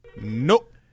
Nope